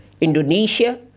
Indonesia